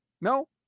No